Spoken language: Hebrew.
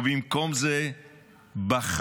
ובמקום זה בחרת,